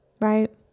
right